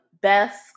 best